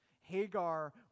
Hagar